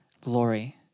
glory